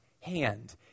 hand